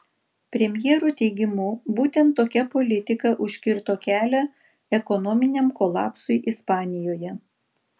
premjero teigimu būtent tokia politika užkirto kelią ekonominiam kolapsui ispanijoje